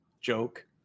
joke